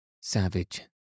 savage